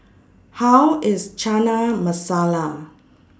How IS Chana Masala